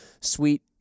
sweet